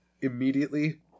immediately